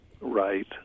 right